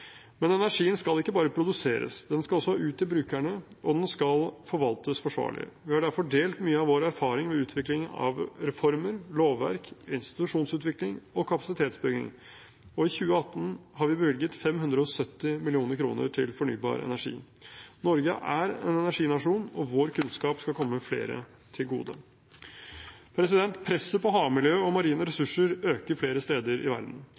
Men energien skal ikke bare produseres, den skal også ut til brukerne, og den skal forvaltes forsvarlig. Vi har derfor delt mye av vår erfaring med utviklingen av reformer, lovverk, institusjonsutvikling og kapasitetsbygging, og i 2018 har vi bevilget 570 mill. kr til fornybar energi. Norge er en energinasjon, og vår kunnskap skal komme flere til gode. Presset på havmiljøet og marine ressurser øker flere steder i verden.